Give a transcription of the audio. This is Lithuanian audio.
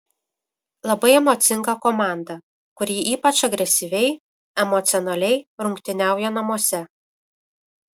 labai emocinga komanda kuri ypač agresyviai emocionaliai rungtyniauja namuose